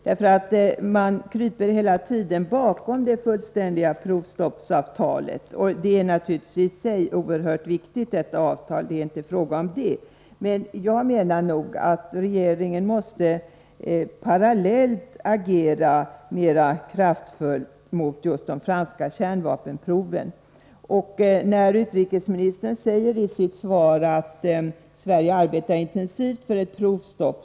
Man kryper nämligen hela tiden bakom det fullständiga provstoppsavtalet, som naturligtvis i och för sig är mycket viktigt. Men jag anser att regeringen parallellt därmed måste agera mer kraftfullt mot just de franska kärnvapenproven. Det är riktigt, som utrikesministern säger i sitt svar, att Sverige arbetar intensivt för ett provstopp.